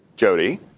Jody